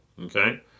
okay